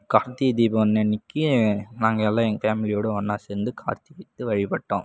கார்த்திகை தீபம் வந்த அன்றைக்கி நாங்கள் எல்லாம் எங்கள் ஃபேமிலியோடு ஒன்றா சேர்ந்து கார்த்திகை தீபத்தை வழிபட்டோம்